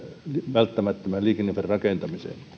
välttämättömän liikenneinfran rakentamiseen